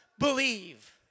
believe